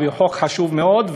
1. הוא חוק חשוב מאוד,